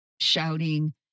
shouting